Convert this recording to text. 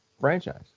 franchise